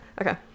Okay